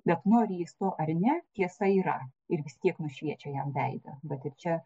bet nori jis to ar ne tiesa yra ir vis tiek nušviečia jam veidą vta ir čia